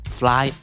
fly